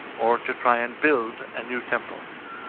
or to try and build a new temple.